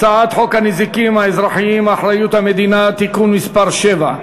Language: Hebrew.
הצעת חוק הנזיקים האזרחיים (אחריות המדינה) (תיקון מס' 7)